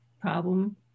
problem